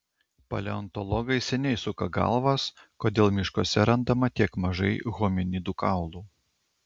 paleontologai seniai suka galvas kodėl miškuose randama tiek mažai hominidų kaulų